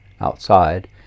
outside